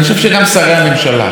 אני חושב שגם שרי הממשלה,